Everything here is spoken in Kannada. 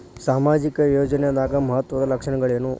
ಸಾಮಾಜಿಕ ಯೋಜನಾದ ಮಹತ್ವದ್ದ ಲಕ್ಷಣಗಳೇನು?